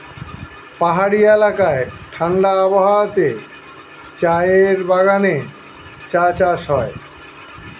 পাহাড়ি এলাকায় ঠাণ্ডা আবহাওয়াতে চায়ের বাগানে চা চাষ হয়